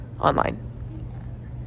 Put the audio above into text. online